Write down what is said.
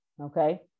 Okay